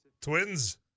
Twins